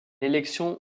élection